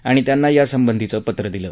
आणि त्यांना यासंबधीचं पत्र दिलं